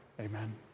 Amen